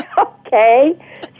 okay